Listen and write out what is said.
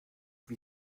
wie